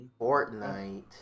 Fortnite